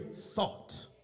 thought